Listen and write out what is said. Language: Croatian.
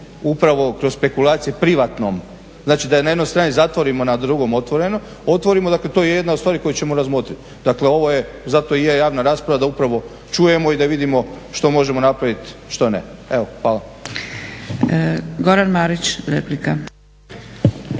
upravo kroz spekulacije o privatnom. Znači da je na jednoj strani zatvoreno a na drugoj otvoreno. Dakle, to je jedna od stvari koju ćemo razmotriti. Zato i je javna rasprava da upravo čujemo i da vidimo što možemo napraviti, što ne. Evo, hvala. **Zgrebec, Dragica